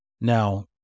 Now